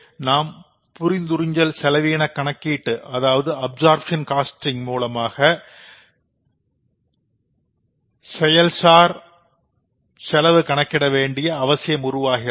எனவே நாம் absorption costing மூலம் செயல் சார்புடைய செலவு கணக்கிட வேண்டி அவசியம் உருவாகிறது